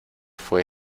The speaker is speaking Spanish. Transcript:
fue